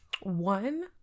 One